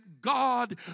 God